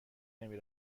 نمی